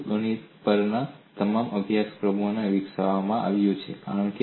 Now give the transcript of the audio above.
આ બધું ગણિત પરના તમારા અભ્યાસક્રમોમાં વિકસાવવામાં આવ્યું છે